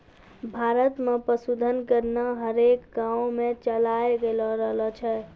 भारत मे पशुधन गणना हरेक गाँवो मे चालाय रहलो छै